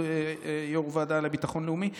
יושב-ראש הוועדה לביטחון לאומי.